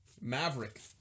Maverick